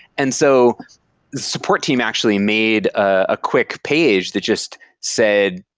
and so support team actually made a quick page. they just said,